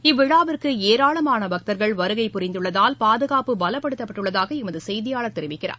இவ்விழாவிற்கு ஏராளமான பக்தர்கள் வருகை புரிந்துள்ளதால் பாதுகாப்பு பலப்படுத்தப்பட்டுள்ளதாக எமது செய்தியாளர் தெரிவிக்கிறார்